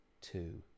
two